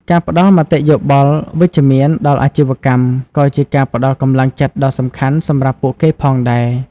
ការផ្តល់មតិយោបល់វិជ្ជមានដល់អាជីវកម្មក៏ជាការផ្តល់កម្លាំងចិត្តដ៏សំខាន់សម្រាប់ពួកគេផងដែរ។